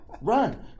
run